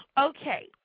Okay